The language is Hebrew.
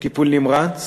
טיפול נמרץ